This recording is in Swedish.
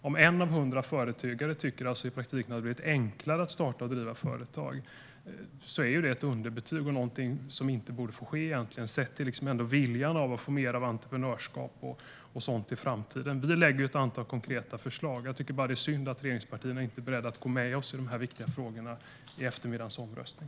Om en av hundra företagare tycker att det i praktiken har blivit enklare att starta och driva företag är det ett underbetyg och någonting som egentligen inte borde få ske, sett till viljan att få mer av entreprenörskap och sådant i framtiden. Vi lägger fram ett antal konkreta förslag. Det är synd att regeringspartierna inte är beredda att gå med oss i dessa viktiga frågor i eftermiddagens omröstning.